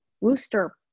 rooster